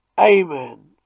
Amen